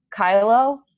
Kylo